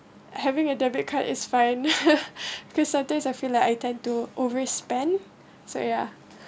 having a debit card is fine because some days I feel like I tend to overspend so ya